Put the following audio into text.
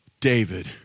David